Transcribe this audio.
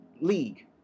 league